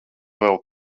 vēl